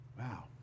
Wow